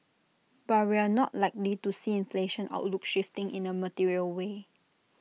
but we're not likely to see inflation outlook shifting in A material way